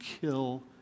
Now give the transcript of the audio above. kill